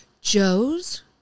Joe's